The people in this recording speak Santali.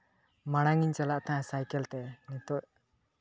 ᱢᱟᱲᱟᱝ ᱤᱧ ᱪᱟᱞᱟᱜ ᱛᱟᱦᱮᱸᱫ ᱥᱟᱭᱠᱮᱞ ᱛᱮ ᱱᱤᱛᱚᱜ